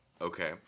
Okay